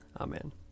Amen